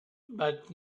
but